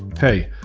hey,